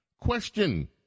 question